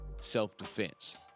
self-defense